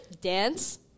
dance